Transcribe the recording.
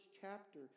chapter